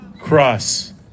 Cross